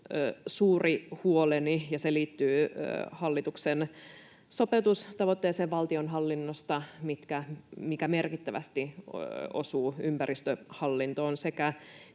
suuri huoleni, ja se liittyy hallituksen sopeutustavoitteeseen valtionhallinnossa, mikä merkittävästi osuu ympäristöhallintoon, sekä